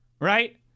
right